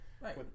Right